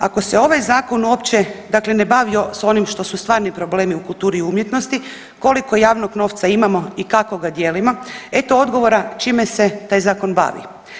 Ako se ovaj zakon uopće dakle ne bavi s onim što su stvarni problemi u kulturi i umjetnosti koliko javnog novca imamo i kako ga dijelimo, eto odgovora čime se taj zakon bavi.